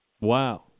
Wow